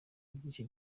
ry’icyo